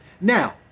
now